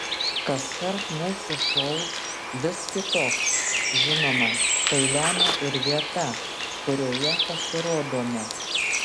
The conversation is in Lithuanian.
kaskart mūsų šou vis kitoks žinoma tai lemia ir vieta kurioje pasirodome